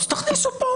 אז תכניסו את זה,